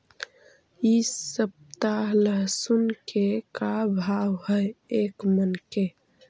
इ सप्ताह लहसुन के का भाव है एक मन के?